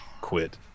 quit